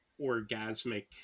orgasmic